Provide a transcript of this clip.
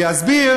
ויסבירו